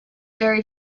very